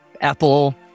Apple